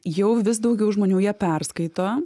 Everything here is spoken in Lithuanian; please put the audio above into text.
jau vis daugiau žmonių ją perskaito